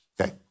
Okay